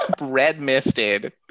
red-misted